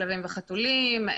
בכלבים וחתולים,